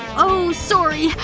oh, sorry.